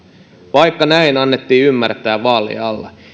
vaikka näin annettiin ymmärtää vaalien alla